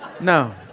No